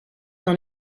dans